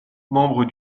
membre